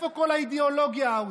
איפה כל האידיאולוגיה, האוזר?